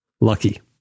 Lucky